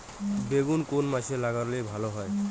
বেগুন কোন মাসে লাগালে ভালো হয়?